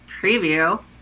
preview